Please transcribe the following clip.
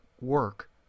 work